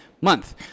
month